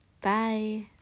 Bye